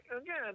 again